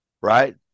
right